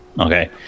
Okay